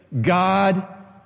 God